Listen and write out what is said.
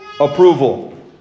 approval